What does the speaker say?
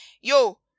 yo